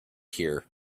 here